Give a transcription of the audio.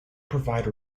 provide